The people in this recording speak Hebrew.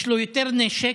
יש לו יותר נשק,